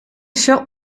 shop